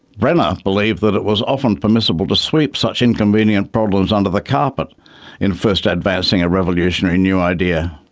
brenner believed that it was often permissible to sweep such inconvenient problems under the carpet in first advancing a revolutionary new idea.